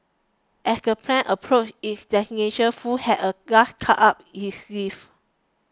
as the plane approached its destination Foo had a last card up his sleeve